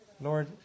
Lord